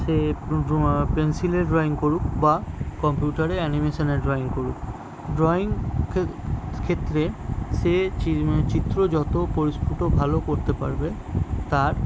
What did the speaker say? সে পেন্সিলে ড্রয়িং করুক বা কম্পিউটারে অ্যানিমেশনে ড্রয়িং করুক ড্রয়িং ক্ষেত্রে সে চিত্র যত পরিস্ফুট ভালো করতে পারবে তার